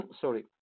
sorry